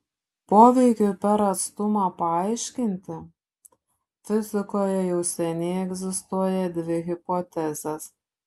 poveikiui per atstumą paaiškinti fizikoje jau seniai egzistuoja dvi hipotezės